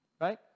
right